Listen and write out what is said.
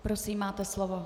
Prosím, máte slovo.